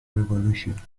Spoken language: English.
revolution